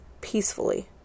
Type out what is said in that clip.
peacefully